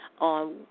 on